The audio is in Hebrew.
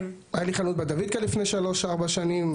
היה לי חנות בדוידקה לפני שלוש-ארבע שנים.